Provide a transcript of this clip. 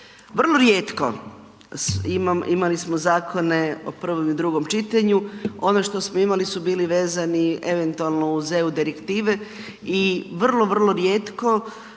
Vrlo rijetko imali smo zakone o prvom i drugom čitanju, ono što smo imali su bili vezani eventualno uz EU Direktive i vrlo, vrlo rijetko